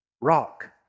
rock